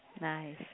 nice